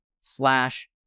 slash